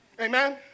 Amen